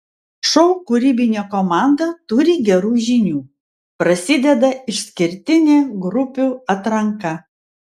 šou kūrybinė komanda turi gerų žinių prasideda išskirtinė grupių atranka